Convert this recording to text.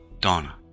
Donna